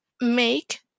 make